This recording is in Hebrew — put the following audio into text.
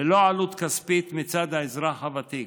ללא עלות כספית מצד האזרח הוותיק.